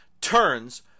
turns